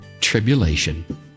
tribulation